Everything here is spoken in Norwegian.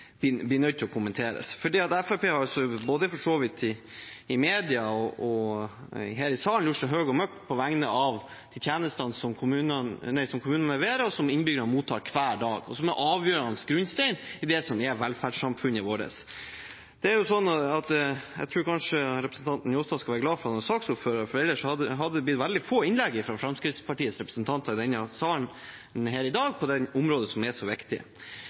kommenteres. Fremskrittspartiet har for så vidt både i media og her i salen gjort seg høye og mørke på vegne av tjenestene som kommunene leverer, som innbyggerne mottar hver dag, og som er en avgjørende grunnstein i det som er velferdssamfunnet vårt. Jeg tror kanskje representanten Njåstad skal være glad for at han er saksordfører, for ellers hadde det blitt veldig få innlegg fra Fremskrittspartiets representanter i denne salen her i dag på det området som er så viktig.